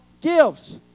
gifts